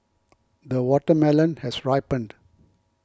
the watermelon has ripened